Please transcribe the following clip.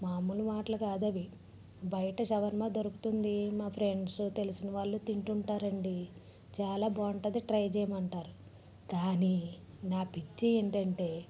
మామూలు మాటలు కాదు అవి బయట షవరమా దొరుకుతుంది మా ఫ్రెండ్స్ తెలిసిన వాళ్ళు తింటుంటారు అండి చాలా బాగుంటుంది ట్రై చేయమంటారు కానీ నా పిచ్చి ఏంటంటే